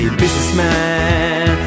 businessman